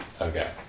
Okay